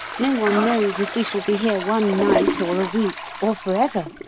no one knows if we shall be here one night, or a week, or for ever!